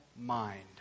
mind